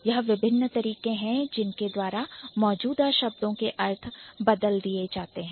यह विभिन्न तरीके हैं जिनके द्वारा मौजूदा शब्दों के अर्थ बदल जाते है